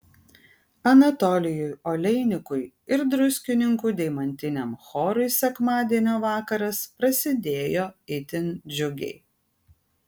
anatolijui oleinikui ir druskininkų deimantiniam chorui sekmadienio vakaras prasidėjo itin džiugiai